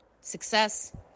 success